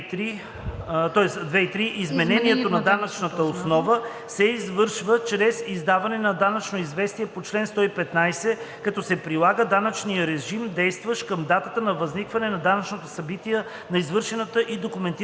и 3, изменението на данъчната основа се извършва чрез издаване на данъчно известие по чл. 115, като се прилага данъчният режим, действащ към датата на възникване на данъчното събитие на извършената и документирана доставка.